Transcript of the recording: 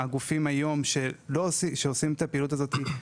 הגופים שעושים את הפעילות הזו היום,